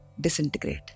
Disintegrate